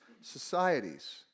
societies